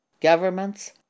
governments